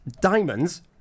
Diamonds